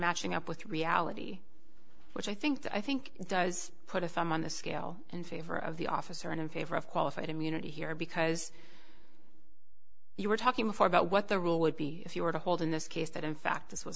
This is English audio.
matching up with reality which i think i think does put a thumb on the scale in favor of the officer in favor of qualified immunity here because you were talking before about what the rule would be if you were to hold in this case that in fact this was